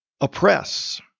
oppress